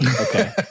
Okay